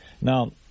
Now